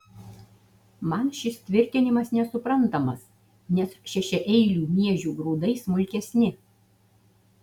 man šis tvirtinimas nesuprantamas nes šešiaeilių miežių grūdai smulkesni